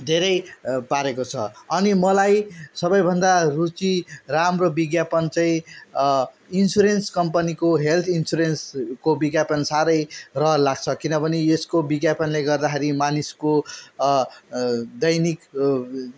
धेरै पारेको छ अनि मलाई सबैभन्दा रुचि राम्रो विज्ञापन चाहिँ इन्सुरेन्स कम्पनीको हेल्थ इन्सुरेन्सको विज्ञापन साह्रै रहर लाग्छ किनभने यसको विज्ञापनले गर्दाखेरि मानिसको दैनिक